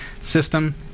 System